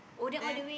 then